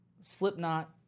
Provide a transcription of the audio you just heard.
Slipknot